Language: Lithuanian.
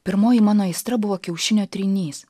pirmoji mano aistra buvo kiaušinio trynys